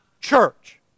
church